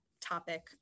topic